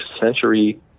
century